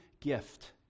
gift